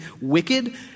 wicked